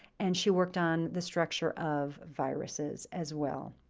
and she worked on the structure of viruses as well.